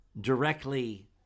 directly